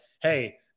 hey